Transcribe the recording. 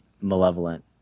malevolent